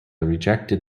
rejected